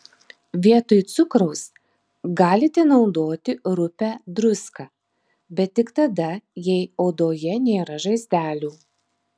vietoj cukraus galite naudoti rupią druską bet tik tada jei odoje nėra žaizdelių